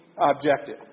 objective